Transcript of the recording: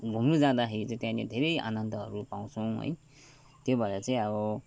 घुम्नु जाँदाखेरि चाहिँ त्यहाँनिर धेरै आनन्दहरू पाउँछौ है त्यो भएर चाहिँ अब